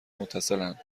متصلاند